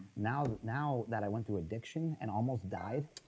now that now that i went through addiction and almost died,